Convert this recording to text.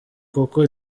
kuko